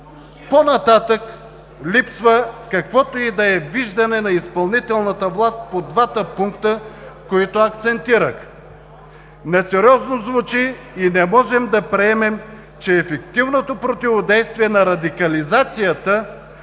По-нататък, липсва каквото и да е виждане на изпълнителната власт по двата пункта, на които акцентирах. Несериозно звучи и не можем да приемем, че ефективното противодействие на радикализацията